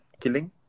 killing